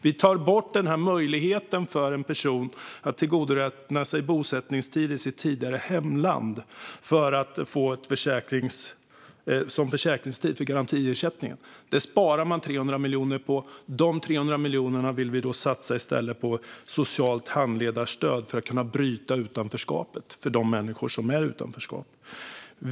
Vi tar bort möjligheten för en person att tillgodoräkna sig bosättningstid i sitt tidigare hemland som försäkringstid för garantiersättningen. Det sparar man 300 miljoner på. Dessa pengar vill vi i stället satsa på socialt handledarstöd för att man ska kunna bryta utanförskapet för de människor som befinner sig i det.